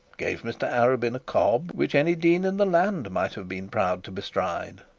gave mr arabin a cob which any dean in the land might have been proud to bestride,